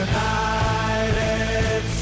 United